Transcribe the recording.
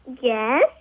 Yes